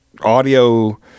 audio